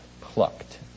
plucked